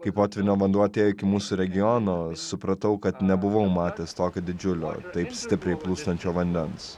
kai potvynio vanduo atėjo iki mūsų regiono supratau kad nebuvau matęs tokio didžiulio taip stipriai plūstančio vandens